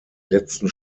letzten